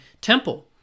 temple